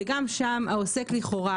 גם שם העוסק לכאורה,